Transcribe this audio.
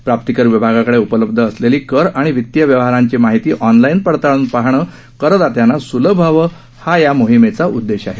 प्राप्तीकर विभागाकडे उपलब्ध असलेली कर आणि वितीय व्यवहारांची माहिती ऑनलाईन पडताळून पाहणं करदात्यांना स्लभ व्हावं हा या मोहीमेचा उद्देश आहे